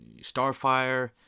Starfire